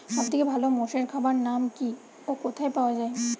সব থেকে ভালো মোষের খাবার নাম কি ও কোথায় পাওয়া যায়?